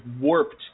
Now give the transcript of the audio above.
warped